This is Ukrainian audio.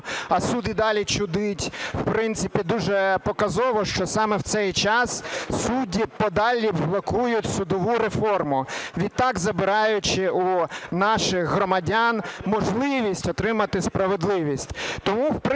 А суд і далі чудить. В принципі дуже показово, що саме в цей час судді подалі блокують судову реформу, відтак забираючи у наших громадян можливість отримати справедливість.